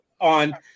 on –